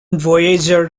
voyager